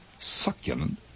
succulent